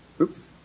Oops